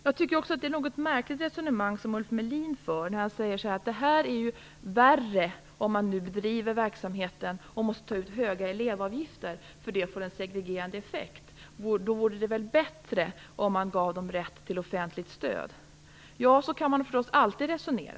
Jag tycker också att det är ett något märkligt resonemang som Ulf Melin för när han säger att det är värre om man måste ta ut höga elevavgifter när man driver verksamheten, för det får en segregerande effekt, och att det väl vore bättre om man gav skolan rätt till offentligt stöd. Så kan man förstås alltid resonera.